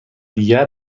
دیگر